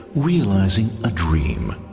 realizing a dream.